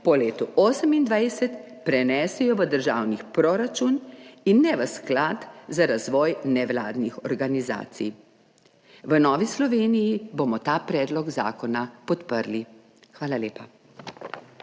po letu 28 prenesejo v državni proračun in ne v Sklad za razvoj nevladnih organizacij. V Novi Sloveniji bomo ta predlog zakona podprli. Hvala lepa.